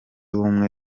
ubumwe